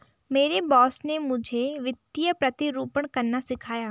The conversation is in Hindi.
मेरे बॉस ने मुझे वित्तीय प्रतिरूपण करना सिखाया